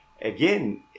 Again